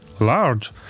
large